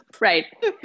Right